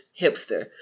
hipster